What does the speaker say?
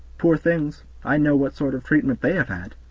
poor things! i know what sort of treatment they have had.